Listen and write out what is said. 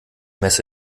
messe